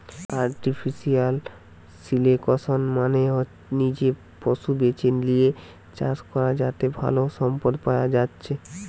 artificial selection মানে নিজে পশু বেছে লিয়ে চাষ করা যাতে ভালো সম্পদ পায়া যাচ্ছে